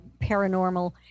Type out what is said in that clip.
paranormal